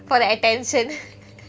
for the attention